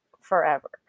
forever